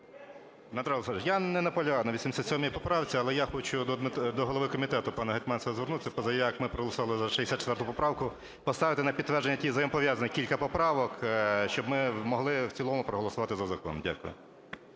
я не наполягаю на 87 поправці, але я хочу до голови комітету пана Гетманцева звернутися, позаяк ми проголосували за 64 поправку, поставити на підтвердження ті взаємопов'язані кілька поправок, щоб ми могли в цілому проголосувати за закон. Дякую.